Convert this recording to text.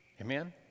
amen